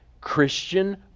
Christian